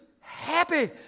happy